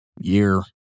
year